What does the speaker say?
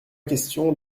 question